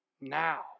now